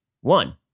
One